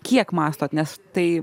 kiek mąstot nes tai